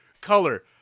Color